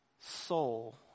soul